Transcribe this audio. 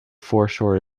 foreshore